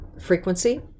frequency